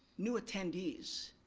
new attendees,